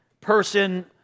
person